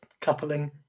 coupling